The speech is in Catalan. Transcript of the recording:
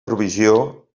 provisió